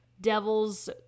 devils